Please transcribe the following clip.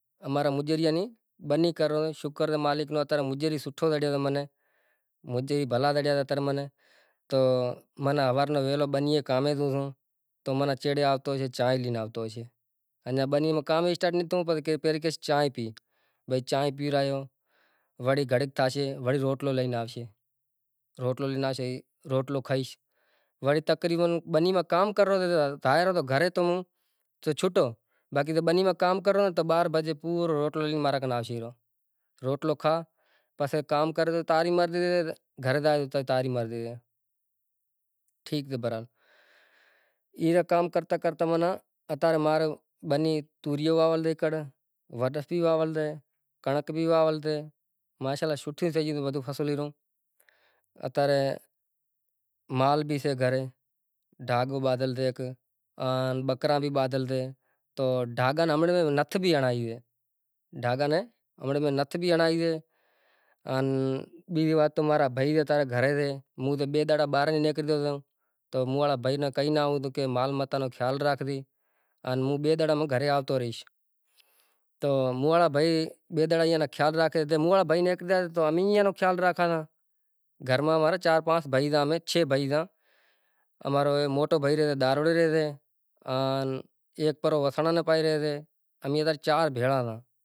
پسے مطلب نانکا نانکا چھورا ایئاں ناں رماڑے بھی سے پسے دہاڑو ہوئے دھوم دھام سیں رمیں سیں بھنڈارو بھی کریں سے، بھنڈارا بھی کریں سیں ای آخری ڈینہں تھیو تو اسکول بھی زاشیں ان ایئے نیں مطلب پعروا بدہے ایم اتروائے بیزو علاما اقبال رو ڈینہں بھی سوٹھو سے پنڑ پاکستان روں ملک ہاروں کرے سوٹھوں سوٹھوں کہانڑیوں ہنبھڑائے گیو، دیولای شوں ملہائی ویندی آہے، دیاری دیاری مطلب ایک کوئی ٹیم ماتھے شری رامچندر ان سیتا ماتا لکشمنڑ بنواس جاتا تو کوئی ٹیم ماتھے